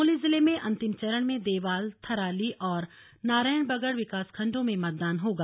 चमोली जिले में अंतिम चरण में देवाल थराली और नारायणबगड़ विकासखंडों में मतदान होगा